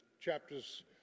chapters